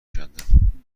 کندم